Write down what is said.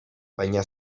baina